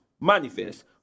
Manifest